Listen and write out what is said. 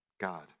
God